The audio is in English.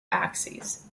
axis